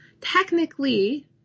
technically